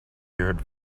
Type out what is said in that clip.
heard